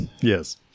Yes